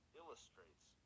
illustrates